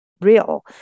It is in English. real